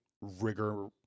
rigor